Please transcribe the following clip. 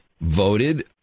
voted